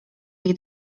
jej